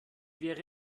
wäre